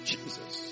Jesus